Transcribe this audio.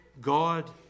God